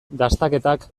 dastaketak